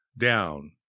down